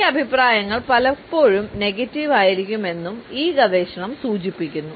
ഈ അഭിപ്രായങ്ങൾ പലപ്പോഴും നെഗറ്റീവ് ആയിരിക്കുമെന്നും ഈ ഗവേഷണം സൂചിപ്പിക്കുന്നു